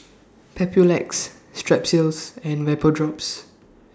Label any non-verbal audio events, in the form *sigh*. *noise* Papulex Strepsils and Vapodrops